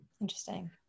Interesting